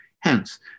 Hence